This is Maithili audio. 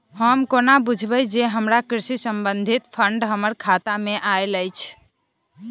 हम कोना बुझबै जे हमरा कृषि संबंधित फंड हम्मर खाता मे आइल अछि?